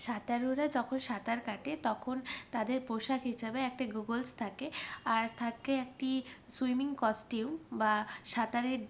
সাঁতারুরা যখন সাঁতার কাটে তখন তাদের পোশাক হিসাবে একটা গোগলস থাকে আর থাকে একটি সুইমিং কস্টিউম বা সাঁতারের